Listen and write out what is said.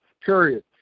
period